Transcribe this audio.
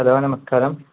hello നമസ്കാരം